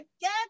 get